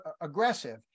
aggressive